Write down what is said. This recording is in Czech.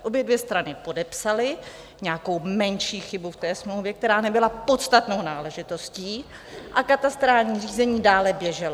Obě dvě strany podepsaly nějakou menší chybu v té smlouvě, která nebyla podstatnou náležitostí, a katastrální řízení dále běželo.